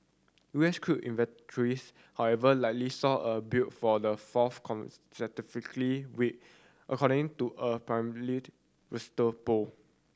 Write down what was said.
U S crude inventories however likely saw a build for the fourth consecutively week according to a bowl